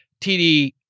TD